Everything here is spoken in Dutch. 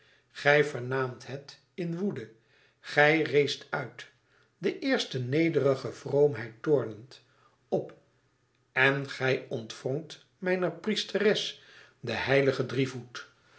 gij vernaamt het in woede gij reest uit de eerste nederige vroomheid toornend op en gij ontwrongt mijner priesteres den heiligen